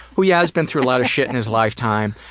who yeah has been through a lot of shit in his lifetime,